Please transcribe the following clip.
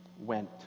went